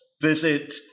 visit